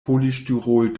polystyrol